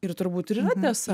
ir turbūt ir yra tiesa